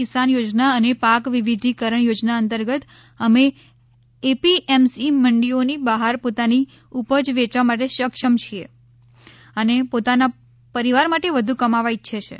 કિસાન યોજના અને પાક વિવિધીકરણ યોજના અંતર્ગત અમે એપીએમસી મંડીયોની બહાર પોતાની ઉપજ વેચવા માટે સક્ષમ છે અને પોતાના પરિવાર માટે વધુ કમાવા ઇચ્છે છે